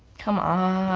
come on,